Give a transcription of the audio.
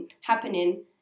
happening